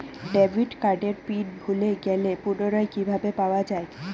Debit কার্ডের PIN ভুলে গেলে পুনরায় কিভাবে পাওয়া য়ায়?